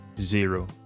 zero